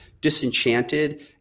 disenchanted